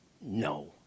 No